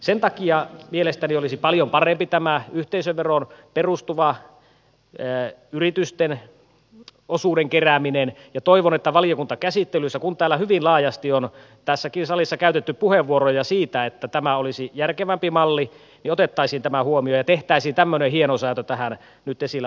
sen takia mielestäni olisi paljon parempi tämä yhteisöveroon perustuva yritysten osuuden kerääminen ja toivon että valiokuntakäsittelyssä kun hyvin laajasti on tässäkin salissa käytetty puheenvuoroja siitä että tämä olisi järkevämpi malli otettaisiin tämä huomioon ja tehtäisiin tämmöinen hienosäätö tähän nyt esillä olevaan malliin